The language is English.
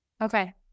Okay